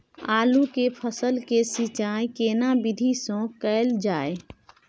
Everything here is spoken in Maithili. आलू के फसल के सिंचाई केना विधी स कैल जाए?